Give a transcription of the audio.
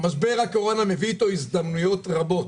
משבר הקורונה מביא איתו הזדמנויות רבות.